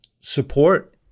support